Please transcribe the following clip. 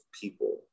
people